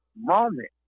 moment